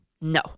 No